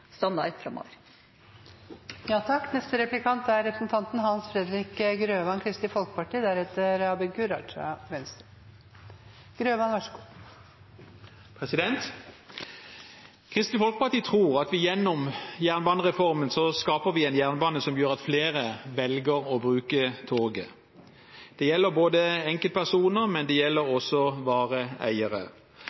standard framover. Kristelig Folkeparti tror at vi gjennom jernbanereformen skaper en jernbane som gjør at flere velger å bruke toget. Det gjelder enkeltpersoner, men det gjelder også vareeiere.